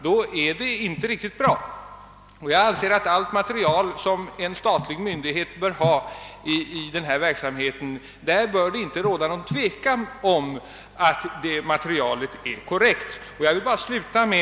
Det får inte råda något tvivel om att allt material som en statlig myndighet har att bygga på i sådana här fall är korrekt.